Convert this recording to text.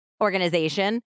...organization